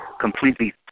completely